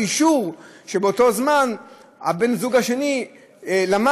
באישור שבאותו זמן בן הזוג השני למד,